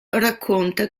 racconta